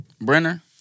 Brenner